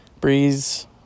Breeze